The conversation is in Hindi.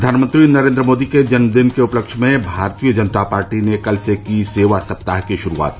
प्रधानमंत्री नरेन्द्र मोदी के जन्मदिन के उपलक्ष्य में भारतीय जनता पार्टी ने कल से की सेवा सप्ताह की श्रूआत